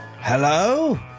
hello